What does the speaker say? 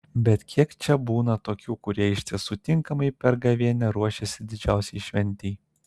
bet kiek čia būna tokių kurie iš tiesų tinkamai per gavėnią ruošėsi didžiausiai šventei